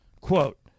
quote